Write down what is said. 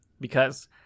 because-